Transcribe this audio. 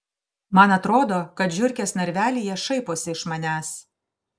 man atrodo kad žiurkės narvelyje šaiposi iš manęs